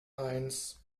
eins